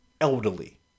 elderly